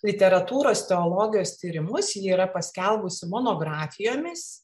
literatūros teologijos tyrimus ji yra paskelbusi monografijomis